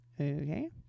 Okay